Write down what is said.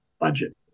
budget